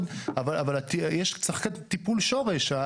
אבל צריך לעשות טיפול שורש.